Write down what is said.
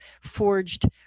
forged